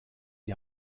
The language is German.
die